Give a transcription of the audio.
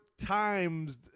times –